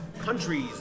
countries